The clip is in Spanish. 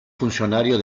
funcionario